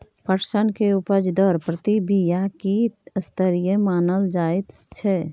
पटसन के उपज दर प्रति बीघा की स्तरीय मानल जायत छै?